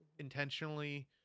intentionally